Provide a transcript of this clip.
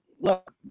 look